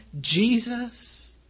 Jesus